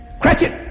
Cratchit